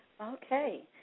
Okay